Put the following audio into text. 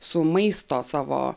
su maisto savo